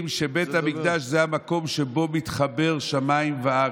שבית המקדש הוא המקום שבו מתחברים שמיים וארץ.